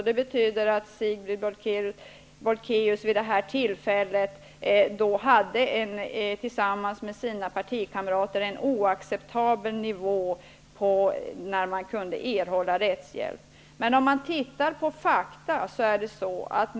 Det betyder att Sigrid Bolkéus vid det tillfället hade tillsammans med sina partikamrater en oacceptabel nivå för då man kunde erhållande av rättshjälp.